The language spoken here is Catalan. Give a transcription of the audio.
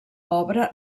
obra